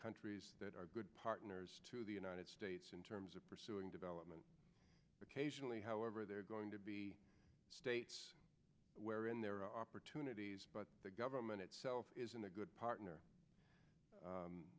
countries that are good partners to the united states in terms of pursuing development occasionally however there are going to be states wherein there are opportunities but the government itself isn't a good partner